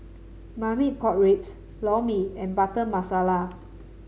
Marmite Pork Ribs Lor Mee and Butter Masala